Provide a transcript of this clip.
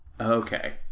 okay